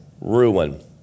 ruin